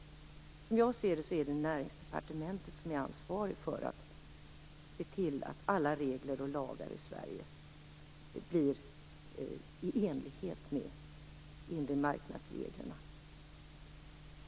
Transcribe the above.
Enligt min uppfattning är det Näringsdepartementet som är ansvarigt för att se till att alla regler och lagar i Sverige stämmer överens med inremarknadsreglerna.